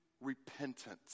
repentance